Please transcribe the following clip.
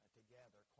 together